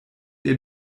ihr